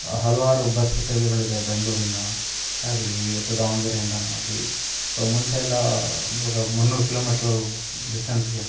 ಹಲವಾರು ಬಸ್ ಸೇವೆಗಳಿದೆ ಬೆಂಗಳೂರಿಂದ ಆಗಲಿ ಅಥವಾ ದಾವಣಗೆರೆಯಿಂದನೂ ಆಗಲಿ ಸೊ ಮುಂಚೆ ಎಲ್ಲ ಇವಾಗ ಮೂನ್ನೂರು ಕಿಲೋಮೀಟ್ರು ಡಿಸ್ಟನ್ಸ್ಗೆ